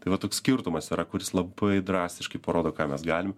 tai vat toks skirtumas yra kuris labai drastiškai parodo ką mes galim